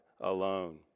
alone